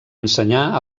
ensenyar